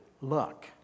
luck